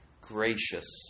gracious